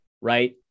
right